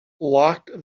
locked